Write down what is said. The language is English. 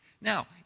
Now